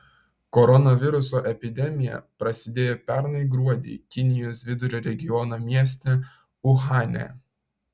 koronaviruso epidemija prasidėjo pernai gruodį kinijos vidurio regiono mieste uhane